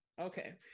Okay